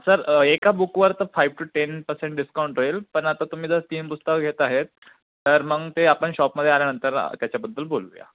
sir एका बुकवर तर five to ten percent discount होईल पण आता तुम्ही जर तीन पुस्तकं घेत आहेत तर मग ते आपण शॉपमध्ये आल्यानंतर त्याच्याबद्दल बोलूया